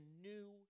new